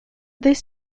this